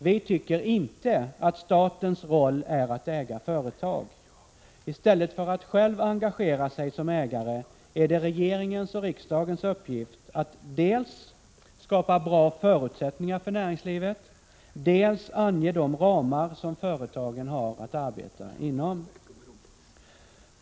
Vi tycker inte att statens roll är att äga företag. I stället för att själva engagera sig som ägare är det regeringens och riksdagens uppgift att dels skapa bra förutsättningar för näringslivet, dels ange de ramar som företagen har att arbeta inom.